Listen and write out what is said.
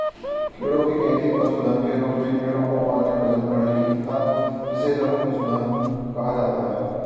कीड़ों की खेती पशुधन के रूप में कीड़ों को पालने, प्रजनन करने की प्रथा जिसे लघु पशुधन कहा जाता है